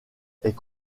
est